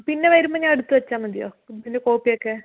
പിന്നെ വരുമ്പോൾ ഞാൻ എടുത്ത് വെച്ചാൽ മതിയോ ഇതിൻ്റെ കോപ്പിയൊക്കെ